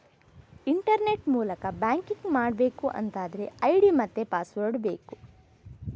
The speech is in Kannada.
ಇಂಟರ್ನೆಟ್ ಮೂಲಕ ಬ್ಯಾಂಕಿಂಗ್ ಮಾಡ್ಬೇಕು ಅಂತಾದ್ರೆ ಐಡಿ ಮತ್ತೆ ಪಾಸ್ವರ್ಡ್ ಬೇಕು